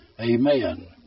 Amen